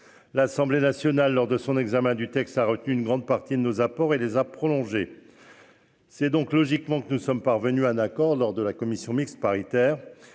L'Assemblée nationale lors de son examen du texte a retenu une grande partie de nos apports et les a prolongé. C'est donc logiquement que nous sommes parvenus à un accord lors de la commission mixte paritaire.